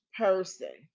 person